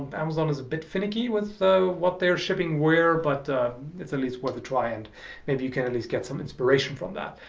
amazon is a bit finicky with so what they're shipping where but it's at least worth a try and maybe you can at least get some inspiration from that.